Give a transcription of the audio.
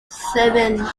seven